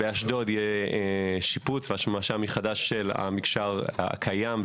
באשדוד יהיה שיפוץ והשמשה מחדש של המקשר הקיים,